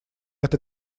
эта